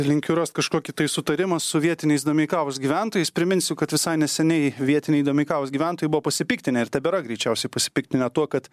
linkiu rast kažkokį tai sutarimą su vietiniais domeikavos gyventojais priminsiu kad visai neseniai vietiniai domeikavos gyventojai buvo pasipiktinę ir tebėra greičiausiai pasipiktinę tuo kad